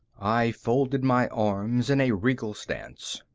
i folded my arms in a regal stance.